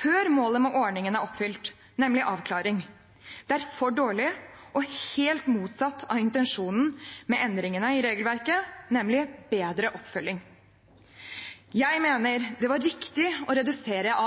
før målet med ordningen, nemlig avklaring, er oppfylt. Det er for dårlig og helt motsatt av intensjonen med endringene i regelverket, nemlig bedre oppfølging. Jeg mener det var riktig å redusere